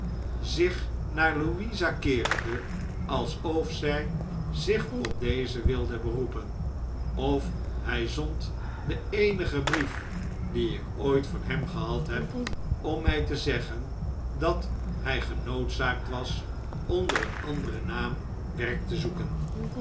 zich naar louisa keerende alsof zij zich dp deze wilde beroepen of hij zond den eenigen brief dien ik ooit van hem gehad heb om mij te zeggen dat hij geeachel betuigt stephen's onschuld noodzaakt was onder een anderen naam werk te zoeken